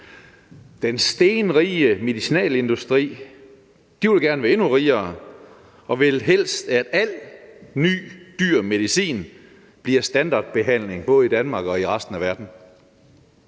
Den stenrige medicinalindustri vil gerne være endnu rigere og vil helst, at al ny dyr medicin bliver standardbehandling både i Danmark og i resten af verden,